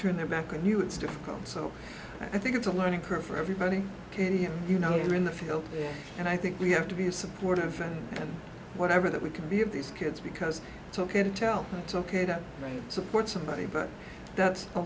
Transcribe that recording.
turn their back on you it's difficult so i think it's a learning curve for everybody you know or in the field and i think we have to be a supporter of whatever that we can be of these kids because it's ok to tell to ok to support somebody but that's a